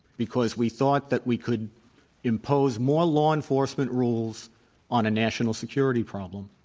because we thought that we could impose more law enforcement rules on a national security problem.